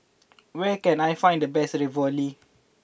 where can I find the best Ravioli